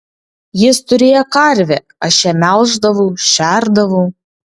jis turėjo karvę aš ją melždavau šerdavau